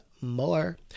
more